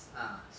ah